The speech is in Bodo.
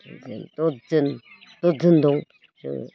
बिदिनो दस जोन दस जोन दं जोङो